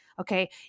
Okay